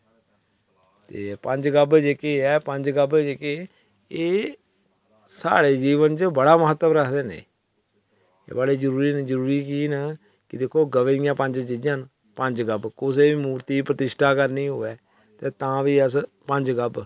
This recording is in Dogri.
ते पंज गब्ब जेह्के ऐ पंज गब्ब जेह्के एह् साढ़े जीवन च बड़ा महत्व रक्खदे न ते साढ़ा जकीन कि गवै दियां पंज चीजां न पंज गब्ब कुसै दी मुर्ति पप्रतिश्ठा करनी होऐ ते तां बी अस पंज गब्ब